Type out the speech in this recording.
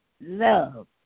love